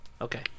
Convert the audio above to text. Okay